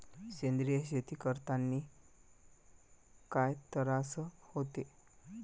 सेंद्रिय शेती करतांनी काय तरास होते?